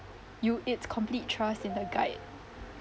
you it's complete trust in the guide